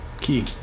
key